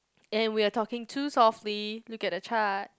and we are talking too softly look at the chart